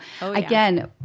again